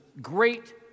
Great